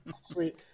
Sweet